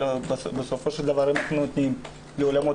אבל בסופו של דבר אנחנו נותנים אישור להפעלת אולמות